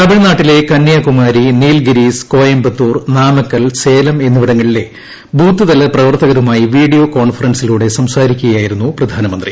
തമിഴ്നാട്ടിലെ കന്യാകുമാരി നീൽഗിരിസ്പ് കോയമ്പത്തൂർ നാമക്കൽ സേലം എന്നിവിടങ്ങളിലെ ബൂത്ത്തല പ്രവർത്തകരുമായി വീഡിയോ കോൺഫറൻസിലൂടെ സ്ംസാരിക്കുകയായിരുന്നു പ്രധാനമന്ത്രി